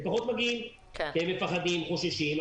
פחות מגיעים כי הם מפחדים וחוששים.